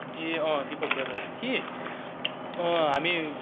ए दिपक दादा कि हामी